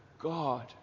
God